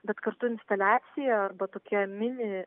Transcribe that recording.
bet kartu instaliacija arba tokia mini